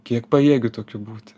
kiek pajėgiu tokiu būti